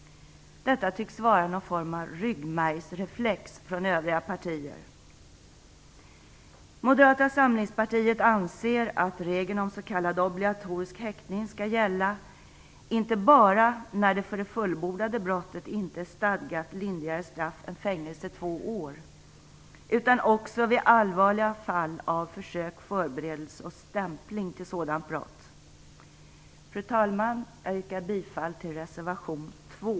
Detta tycks vara någon form av ryggmärgsreflex hos övriga partier. obligatorisk häktning skall gälla inte bara när det för det fullbordade brottet inte är stadgat lindrigare straff än fängelse i två år, utan också vid allvarliga fall av försök, förberedelse och stämpling till sådant brott. Fru talman! Jag yrkar bifall till reservation 2.